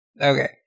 Okay